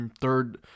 third